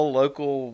local